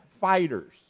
Fighters